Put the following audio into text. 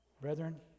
Brethren